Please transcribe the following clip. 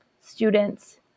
students